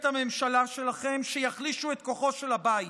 הממשלה שלכם שיחלישו את כוחו של הבית.